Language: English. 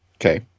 Okay